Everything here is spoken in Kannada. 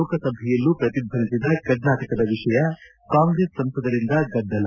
ಲೋಕಸಭೆಯಲ್ಲೂ ಪ್ರತಿಧ್ವನಿಸಿದ ಕರ್ನಾಟಕದ ವಿಷಯ ಕಾಂಗ್ರೆಸ್ ಸಂಸದರಿಂದ ಗದ್ದಲ